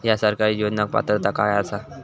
हया सरकारी योजनाक पात्रता काय आसा?